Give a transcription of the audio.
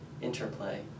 interplay